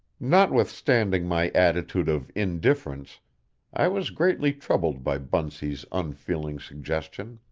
notwithstanding my attitude of indifference i was greatly troubled by bunsey's unfeeling suggestion.